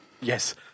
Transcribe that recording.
Yes